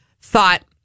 thought